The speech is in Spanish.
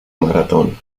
maratón